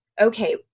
okay